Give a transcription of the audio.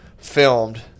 Filmed